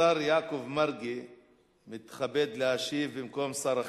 השר יעקב מרגי מתכבד להשיב במקום שר החינוך.